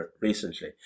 recently